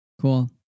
Cool